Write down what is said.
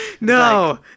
No